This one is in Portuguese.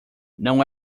não